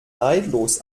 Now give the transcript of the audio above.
neidlos